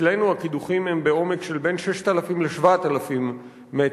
אצלנו הקידוחים הם בעומק של בין 6,000 ל-7,000 מטר,